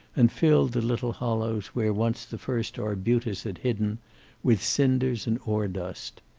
and filled the little hollows where once the first arbutus had hidden with cinders and ore dust.